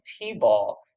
T-ball